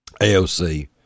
AOC